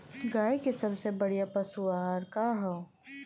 गाय के सबसे बढ़िया पशु आहार का ह?